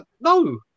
No